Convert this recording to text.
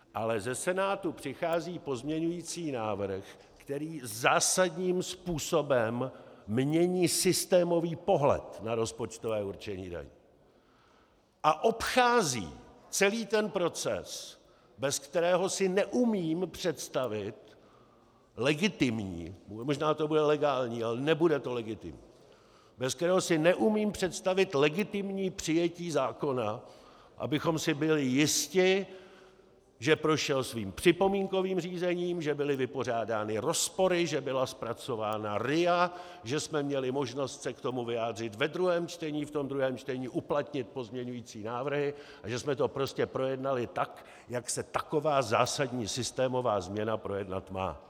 Ale ze Senátu přichází pozměňující návrh, který zásadním způsobem mění systémový pohled na rozpočtové určení daní a obchází celý ten proces, bez kterého si neumím představit legitimní možná to bude legální, ale nebude to legitimní bez kterého si neumím představit legitimní přijetí zákona, abychom si byli jisti, že prošel svým připomínkovým řízením, že byly vypořádány rozpory, že byla zpracována RIA, že jsme měli možnost se k tomu vyjádřit ve druhém čtení, v tom druhém čtení uplatnit pozměňující návrhy a že jsme to prostě projednali tak, jak se taková zásadní systémová změna projednat má.